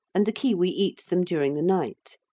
and the kiwi eats them during the night.